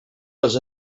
les